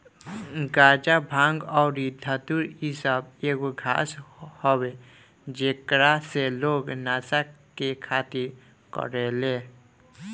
गाजा, भांग अउरी धतूर इ सब एगो घास हवे जेकरा से लोग नशा के खातिर करेले